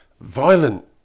violent